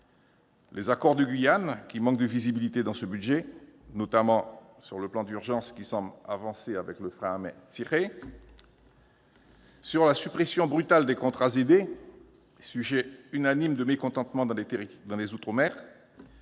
aux accords de Guyane, qui manquent de visibilité dans ce budget, notamment le plan d'urgence qui semble avancer le frein à main tiré. Je pense aussi à la suppression brutale des contrats aidés, sujet unanime de mécontentement dans les outre-mer.